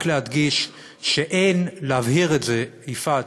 רק להדגיש, להבהיר את זה, יפעת,